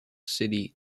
city